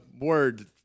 word